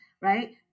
right